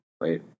Wait